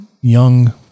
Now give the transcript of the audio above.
young